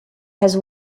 has